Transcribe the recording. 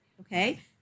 okay